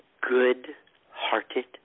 good-hearted